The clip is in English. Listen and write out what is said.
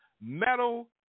metal